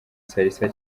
salsa